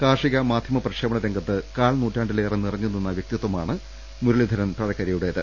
കാർഷിക മാധ്യമ പ്രക്ഷേപണ രംഗത്ത് കാൽ നൂറ്റാണ്ടി ലേറെ നിറഞ്ഞുനിന്ന വ്യക്തിത്വമാണ് മുരളീധരൻ തഴക്കരയുടേത്